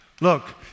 Look